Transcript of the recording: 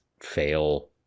fail